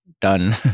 done